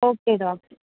okay doctor